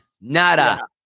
nada